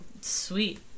sweet